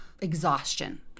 exhaustion